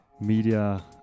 media